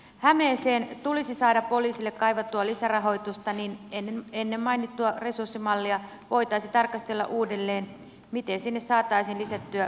hämeeseen tulisi saada poliisille kaivattua lisärahoitusta joten ennen mainittua resurssimallia voitaisiin tarkastella uudelleen miten sinne saataisiin lisättyä vakinaista henkilöstöä